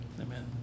Amen